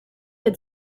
had